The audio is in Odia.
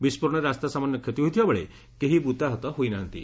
ବିସ୍କୋରଣରେ ରାସ୍ତା ସାମାନ୍ୟ କ୍ଷତି ହୋଇଥିବାବେଳେ କେହି ମୃତାହତ ହୋଇନାହାନ୍ତି